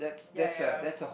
yeah yeah yeah